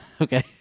Okay